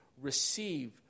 receive